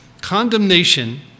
Condemnation